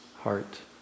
heart